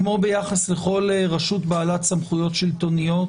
כמו ביחס לכל רשות בעלת סמכויות שלטוניות,